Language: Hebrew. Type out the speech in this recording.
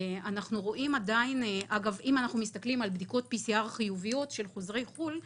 אם אנחנו מסתכלים על בדיקות PCR חיוביות של חוזרי חו"ל,